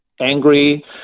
angry